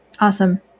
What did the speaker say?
Awesome